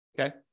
Okay